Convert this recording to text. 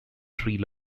tree